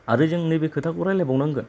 आरो जों नैबे खोथाखौ रायलायबावनांगोन